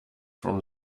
from